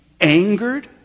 angered